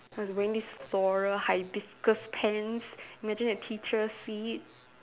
I was wearing this floral hibiscus pants imagine the teacher see it